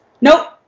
Nope